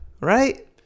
Right